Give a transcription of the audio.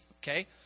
okay